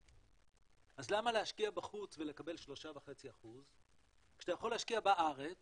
אז למה להשקיע בחוץ ולקבל 3.5% כשאתה יכול להשקיע בארץ